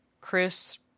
Chris